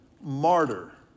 martyr